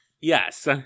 Yes